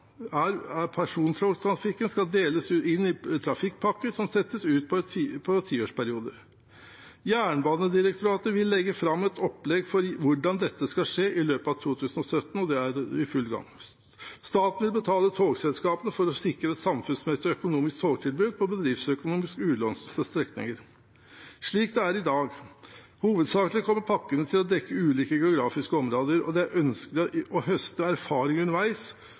Persontogtrafikken skal deles inn i trafikkpakker som settes ut over en tiårsperiode. Jernbanedirektoratet er i full gang med dette. Staten vil betale togselskapene for å sikre et samfunnsmessig økonomisk togtilbud på bedriftsøkonomisk ulønnsomme strekninger, slik det er i dag. Hovedsakelig kommer pakkene til å dekke ulike geografiske områder. Det er ønskelig å høste erfaring underveis,